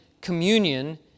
communion